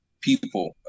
people